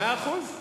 להשתעשע.